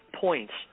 points